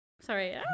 Sorry